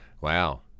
Wow